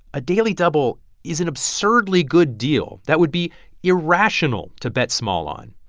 a daily double is an absurdly good deal that would be irrational to bet small on.